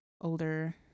older